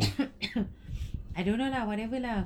I don't know lah whatever lah